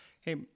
hey